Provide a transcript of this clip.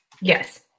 yes